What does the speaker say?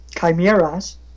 chimeras